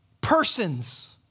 persons